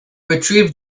retrieved